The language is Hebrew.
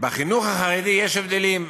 בחינוך החרדי יש הבדלים.